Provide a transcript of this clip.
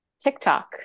TikTok